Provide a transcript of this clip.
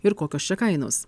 ir kokios čia kainos